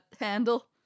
handle